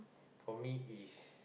for me is